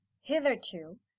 Hitherto